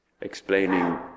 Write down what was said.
explaining